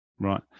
Right